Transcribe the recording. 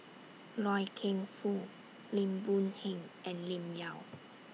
Loy Keng Foo Lim Boon Heng and Lim Yau